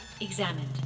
examined